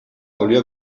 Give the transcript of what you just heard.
volvió